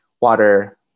water